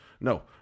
no